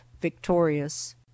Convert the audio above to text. victorious